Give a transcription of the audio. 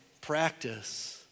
practice